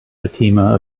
fatima